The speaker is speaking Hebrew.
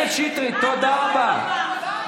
רובוטים, שיודעים מתמטיקה, אנגלית ופיזיקה.